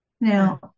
Now